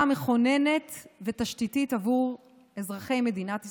מכוננת ותשתיתית עבור אזרחי מדינת ישראל.